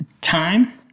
Time